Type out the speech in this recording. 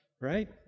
right